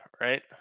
right